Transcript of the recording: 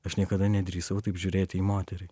aš niekada nedrįsau taip žiūrėti į moterį